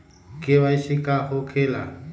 KYC का हो के ला?